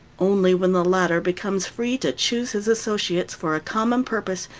only when the latter becomes free to choose his associates for a common purpose,